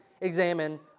examine